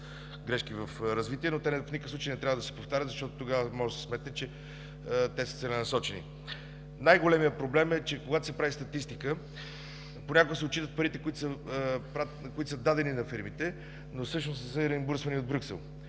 но те в никакъв случай не трябва да се повтарят. Защото тогава може да се сметне, че те са целенасочени. Най-големият проблем е, че когато се прави статистика, понякога се отчитат парите, дадени на фирмите, но всъщност са реимбурсвани от Брюксел.